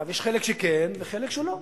יש חלק שכן וחלק שלא.